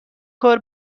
کار